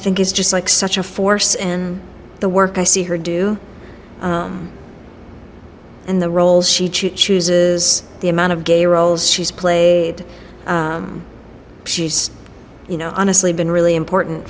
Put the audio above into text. think is just like such a force and the work i see her do and the roles she chooses the amount of gay roles she's played she's you know honestly been really important